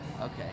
Okay